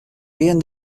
bien